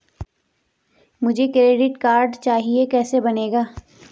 मुझे credit card चाहिए कैसे बनेगा?